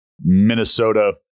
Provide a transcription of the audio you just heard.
Minnesota